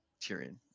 Tyrion